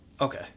Okay